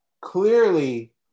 Clearly